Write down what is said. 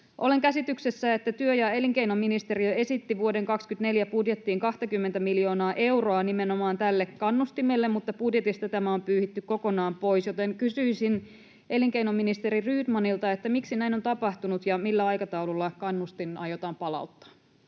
Olen käsityksessä, että työ- ja elinkeinoministeriö esitti vuoden 24 budjettiin 20 miljoonaa euroa nimenomaan tälle kannustimelle, mutta budjetista tämä on pyyhitty kokonaan pois, joten kysyisin elinkeinoministeri Rydmanilta: miksi näin on tapahtunut, ja millä aikataululla kannustin aiotaan palauttaa?